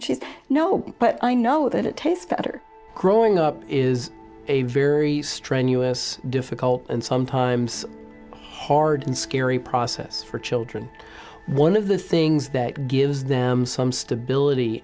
no but i know that it tastes better growing up is a very strenuous difficult and sometimes hard and scary process for children one of the things that gives them some stability